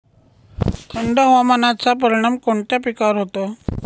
थंड हवामानाचा परिणाम कोणत्या पिकावर होतो?